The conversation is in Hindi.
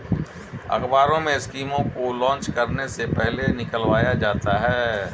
अखबारों में स्कीमों को लान्च करने से पहले निकलवाया जाता है